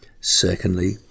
Secondly